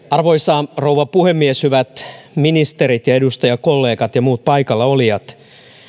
arvoisa rouva puhemies hyvät ministerit ja edustajakollegat ja muut paikalla olijat